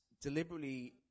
deliberately